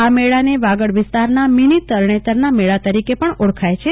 આ મેળાને વાગડ વિસ્તારનો મીની તરણેતરના મળા તરીકે પ ણ ઓળખાય છે